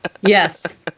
Yes